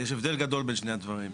יש הבדל גדול בין שני הדברים.